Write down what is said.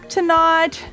tonight